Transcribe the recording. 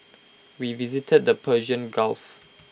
we visited the Persian gulf